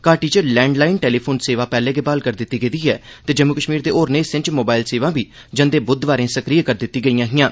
घाटी च landline telephone सेवा पैह्ले गै ब्हाल करी दित्ती गेदी ऐ ते जम्मू कश्मीर दे होरनें हिस्सें च मोबाईल सेवां बी जंदे बुधवारें सक्रिय करी दित्ती गेईआं हिआं